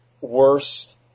worst